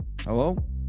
Hello